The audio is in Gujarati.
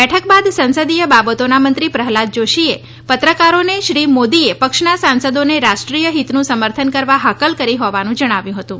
બેઠક બાદ સંસદીય બાબતોના મંત્રી પ્રહલાદ જોષીએ પત્રકારોને શ્રી મોદીએ પક્ષના સાંસદોને રાષ્રીઠોય હિતનું સમર્થન કરવા હાકલ કરી હોવાનું જણાવ્યું હતું